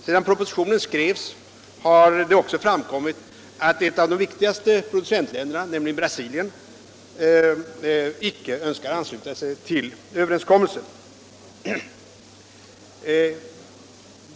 Sedan propositionen skrevs har det också framkommit att ett av de viktigaste producentländerna, nämligen Brasilien, icke önskar ansluta sig till överenskommelsen.